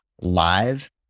live